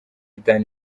itanu